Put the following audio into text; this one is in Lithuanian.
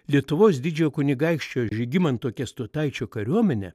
lietuvos didžiojo kunigaikščio žygimanto kęstutaičio kariuomenė